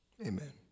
amen